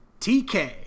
TK